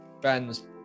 friends